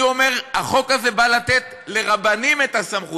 אני אומר: החוק הזה בא לתת לרבנים את הסמכות.